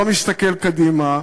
שלא מסתכל קדימה,